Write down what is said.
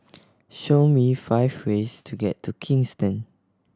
show me five ways to get to Kingston